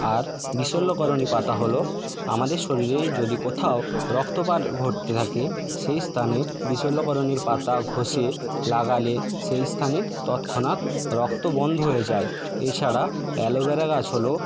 আর বিশল্যকরণী পাতা হল আমাদের শরীরের যদি কোথাও রক্তপাত ঘটতে থাকে সেই স্থানে বিশল্যকরণীর পাতা ঘষে লাগালে সেই স্থানে তৎক্ষণাৎ রক্ত বন্ধ হয়ে যায় এছাড়া অ্যালোভেরা গাছ হল